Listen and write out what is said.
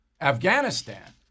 Afghanistan